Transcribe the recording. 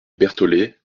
bertholet